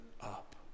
up